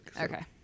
Okay